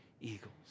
Eagles